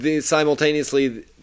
simultaneously